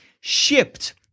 shipped